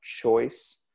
choice